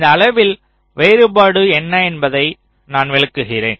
இந்த அளவின் வேறுபாடு என்ன என்பதை நான் விளக்குகிறேன்